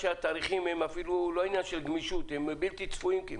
התאריכים הם אפילו לא עניין של גמישות והם כמעט בלתי צפויים.